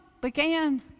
began